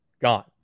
gone